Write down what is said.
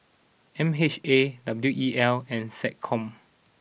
M H A W E L and SecCom